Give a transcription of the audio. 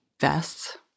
vests